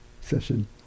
session